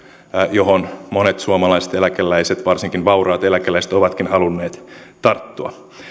johon monet suomalaiset eläkeläiset varsinkin vauraat eläkeläiset ovatkin halunneet tarttua